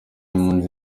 impunzi